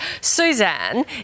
Suzanne